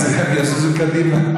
אז הם יזוזו קדימה.